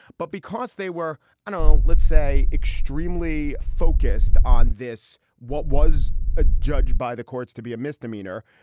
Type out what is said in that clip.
but because they were no, let's say, extremely focused on this, what was ah judged by the courts to be a misdemeanor?